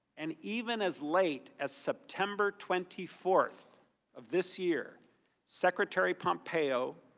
and even as late as september twenty fourth of this year secretary pompeo